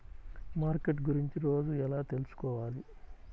Market గురించి రోజు ఎలా తెలుసుకోవాలి?